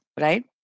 right